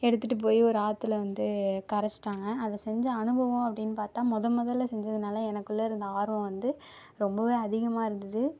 எடுத்துட்டு போய் ஒரு ஆற்றுல வந்து கரைச்சிட்டாங்க அதை செஞ்ச அனுபவம் அப்படின்னு பார்த்தா மொதல் மொதலில் செஞ்சதினால எனக்குள்ளே இருந்த ஆர்வம் வந்து ரொம்ப அதிகமாக இருந்தது